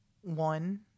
one